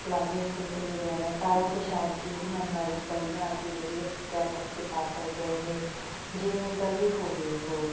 palazzo suit ਵਗੈਰਾ ਸਾਰਾ ਕੁਛ ਆਪਦੀ ਜਿਹੜੀ ਮਨ ਮਰਜ਼ੀ ਦਾ ਬਣਾ ਕੇ ਵਧੀਆ ਤਿਆਰ ਕਰਕੇ ਪਾ ਸਕਦੇ ਹੈਗੇ ਜਿਵੇਂ ਦਾ ਵੀ ਹੋਵੇ ਉਹ